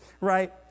right